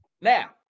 Now